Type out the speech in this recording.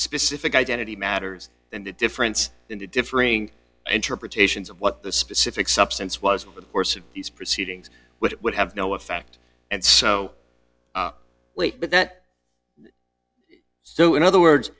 specific identity matters and the difference in the differing interpretations of what the specific substance was over the course of these proceedings which would have no effect and so late but that so in other words